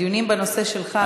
הדיונים בנושא שלך.